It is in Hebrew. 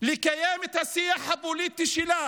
לקיים את השיח הפוליטי שלה